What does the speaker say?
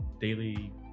daily